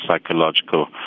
psychological